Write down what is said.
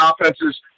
offenses